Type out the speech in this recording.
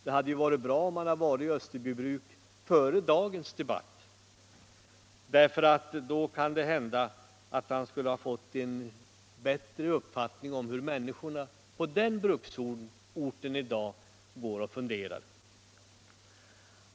Det hade varit bra om han hade varit i Österbybruk före dagens debatt, för då kan det hända att han skulle ha fått en bättre uppfattning om hur människorna på den bruksorten i dag går och funderar.